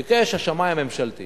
ביקש השמאי הממשלתי